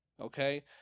okay